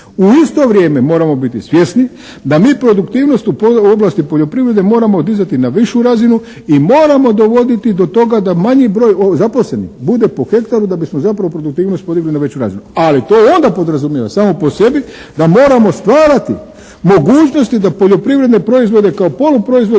U isto vrijeme moramo biti svjesni da mi produktivnost u oblasti poljoprivrede moramo dizati na višu razinu i moramo dovoditi do toga da manji broj zaposlenih bude po hektaru da bismo zapravo produktivnost podigli na veću razinu, ali to onda podrazumijeva samo po sebi da moramo stvarati mogućnosti da poljoprivredne proizvode kao poluproizvod